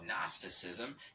Gnosticism